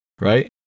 right